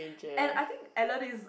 and I think Ellen is